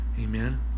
Amen